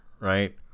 right